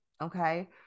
okay